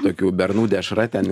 tokių bernų dešra ten